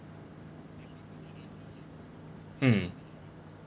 mm